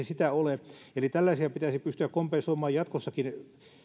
sitä ole eli tällaisia pitäisi pystyä kompensoimaan jatkossakin